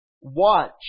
Watch